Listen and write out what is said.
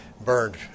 burned